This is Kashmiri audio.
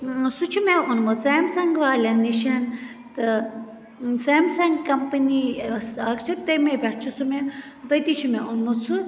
سُہ چھُ مےٚ اوٚنمُت سیمسَنٛگ والیٚن نِشَن تہٕ سیمسَنٛگ کمپٔنی یۅس اکھ چھِ تمَے پیٚٹھ چھُ سُہ مےٚ تتِی چھُ مےٚ اوٚنمُت سُہ